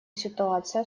ситуация